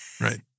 Right